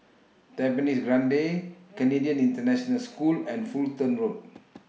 Tampines Grande Canadian International School and Fulton Road